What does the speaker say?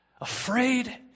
Afraid